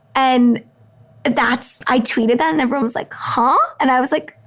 and that's i tweeted that and everyone was like huh? and i was like,